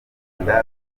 bambona